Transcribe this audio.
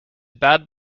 bad